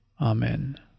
Amen